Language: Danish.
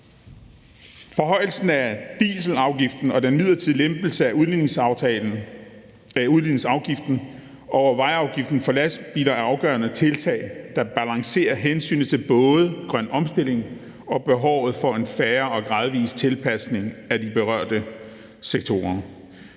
Forhøjelsen af dieselafgiften og den midlertidige lempelse af udligningsafgiften og vejafgiften for lastbiler er afgørende tiltag, der balancerer hensynet til både den grønne omstilling og behovet for en fair og gradvis tilpasning af de berørte sektorer.